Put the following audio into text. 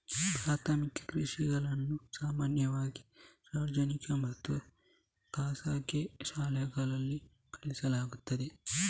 ಪ್ರಾಥಮಿಕ ಕೃಷಿಯನ್ನು ಸಾಮಾನ್ಯವಾಗಿ ಸಾರ್ವಜನಿಕ ಮತ್ತು ಖಾಸಗಿ ಶಾಲೆಗಳಲ್ಲಿ ಕಲಿಸಲಾಗುತ್ತದೆ